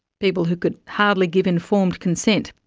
people who could hardly give informed consent.